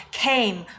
came